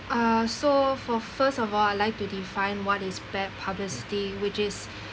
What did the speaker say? ah so for first of all I like to define what is bad publicity which is